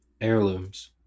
Heirlooms